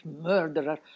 murderer